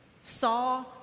saw